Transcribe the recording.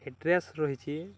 address ରହିଛି